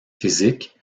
physique